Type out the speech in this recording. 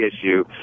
issue